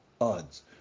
odds